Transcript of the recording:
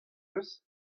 eus